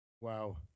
wow